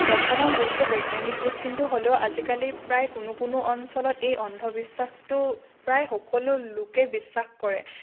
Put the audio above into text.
বৰ্তমান যুগটো বৈজ্ঞানিক যুগ কিন্তু হ'লও আজিকালি প্ৰায় কোনো কোনো অঞ্চলত এই অন্ধবিশ্বাসটো প্ৰায় সকলো লোকেই বিশ্বাস কৰে